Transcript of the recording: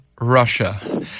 Russia